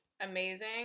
amazing